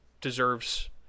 deserves